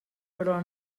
però